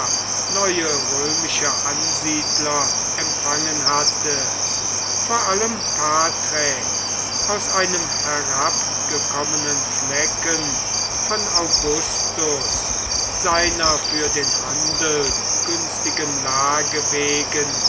neue römische ansiedler empfangen hatte vor allem patrae aus einem herabgekommenen flecken von augustus seiner für den handel günstigen lage wegen